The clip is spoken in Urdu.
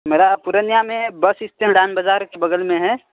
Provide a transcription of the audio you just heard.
میرا پورنیہ میں بس اسٹینڈ لائن بازار کے بگل میں ہے